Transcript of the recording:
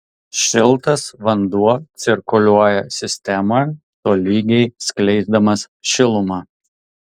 šiltas vanduo cirkuliuoja sistemoje tolygiai skleisdamas šilumą